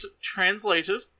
Translated